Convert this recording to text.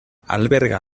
alberga